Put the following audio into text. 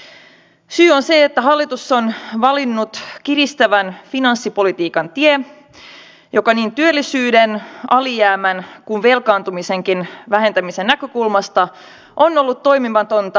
syy on se että hallitus on valinnut kiristävän finanssipolitiikan tien joka niin työllisyyden alijäämän kuin velkaantumisenkin vähentämisen näkökulmasta on ollut toimimatonta